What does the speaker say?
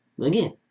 Again